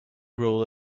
rule